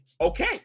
Okay